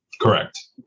Correct